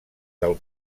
del